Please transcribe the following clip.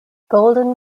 golden